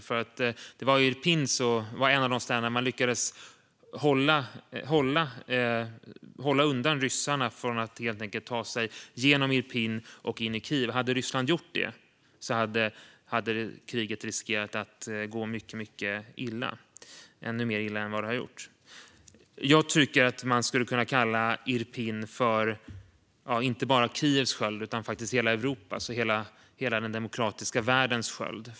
Irpin var nämligen en av de städer där man lyckades hålla undan ryssarna från att ta sig genom Irpin och in i Kiev. Hade Ryssland gjort det hade kriget riskerat att gå mycket illa, ännu mer illa än det har gått. Jag tycker att man skulle kunna kalla Irpin för inte bara Kievs sköld utan faktiskt hela Europas och hela den demokratiska världens sköld.